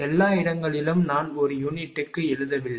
எல்லா இடங்களிலும் நான் ஒரு யூனிட்டுக்கு எழுதவில்லை